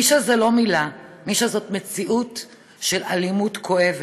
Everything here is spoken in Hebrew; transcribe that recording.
נישה זו לא מילה, נישה זו מציאות של אלימות כואבת.